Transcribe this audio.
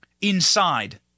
inside